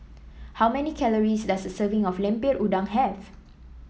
how many calories does a serving of Lemper Udang have